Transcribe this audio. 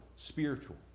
Spiritual